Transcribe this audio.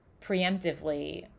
preemptively